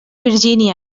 virgínia